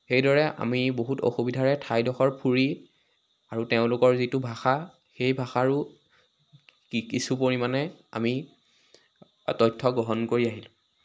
সেইদৰে আমি বহুত অসুবিধাৰে ঠাইডোখৰ ফুৰি আৰু তেওঁলোকৰ যিটো ভাষা সেই ভাষাৰো কি কিছু পৰিমাণে আমি তথ্য গ্ৰহণ কৰি আহিলোঁ